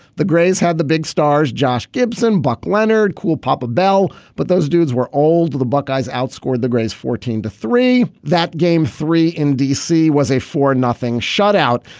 the grays had the big stars josh gibson buck leonard cool papa bell but those dudes were old. the buckeyes outscored the grays fourteen to three that game three in d c. was a four nothing shot out.